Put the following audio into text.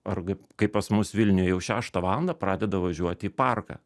ar kaip kaip pas mus vilniuje jau šeštą valandą pradeda važiuoti į parką